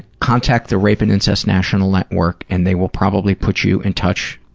contact the rape and incest national network and they will probably put you in touch